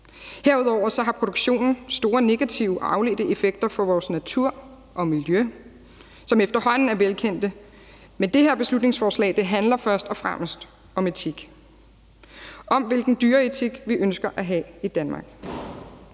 Herudover har produktionen store negative og afledte effekter for vores natur og miljø, som efterhånden er velkendte, men det her beslutningsforslag handler først og fremmest om etik – om, hvilken dyreetik vi ønsker at have i Danmark.